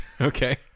Okay